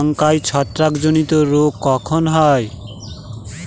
লঙ্কায় ছত্রাক জনিত রোগ কখন হয়?